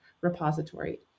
repository